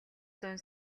зуун